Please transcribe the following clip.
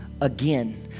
again